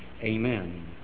amen